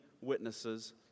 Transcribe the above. witnesses